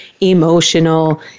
emotional